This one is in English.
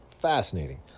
fascinating